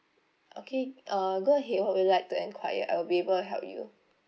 okay uh go ahead what would you like to enquire I'll be able to help you